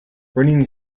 running